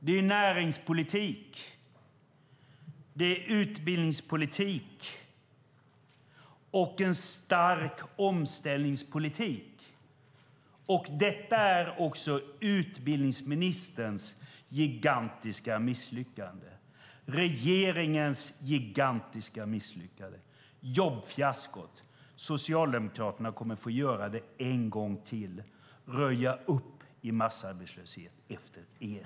Det är näringspolitik, utbildningspolitik och en stark omställningspolitik. Jobbfiaskot är också utbildningsministerns och regeringens gigantiska misslyckande. Socialdemokraterna kommer att få göra det en gång till: röja upp i massarbetslöshet efter er.